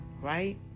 right